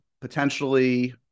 potentially